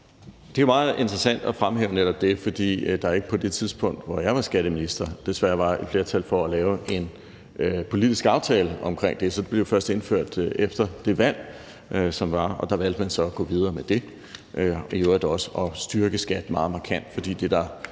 Det er jo meget interessant at fremhæve netop det. For på det tidspunkt, hvor jeg var skatteminister, var der desværre ikke et flertal for at lave en politisk aftale omkring det. Så det blev først indført efter det valg, som var, og der valgte man så at gå videre med det og i øvrigt også at styrke skattevæsenet meget markant. For det, der